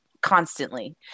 constantly